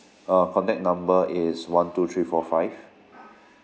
uh contact number is one two three four five